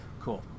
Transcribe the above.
Cool